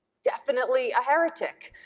definitely a heretic.